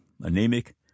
anemic